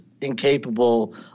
incapable